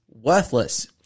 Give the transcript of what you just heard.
Worthless